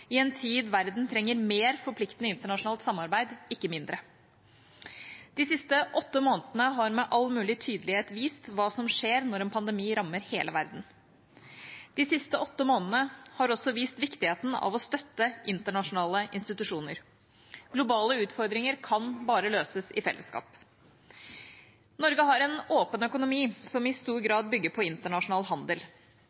i en tid verden trenger mer forpliktende internasjonalt samarbeid, ikke mindre. De siste åtte månedene har med all mulig tydelighet vist hva som skjer når en pandemi rammer hele verden. De siste åtte månedene har også vist viktigheten av å støtte internasjonale institusjoner. Globale utfordringer kan bare løses i fellesskap. Norge har en åpen økonomi som i stor